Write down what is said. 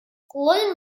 gluten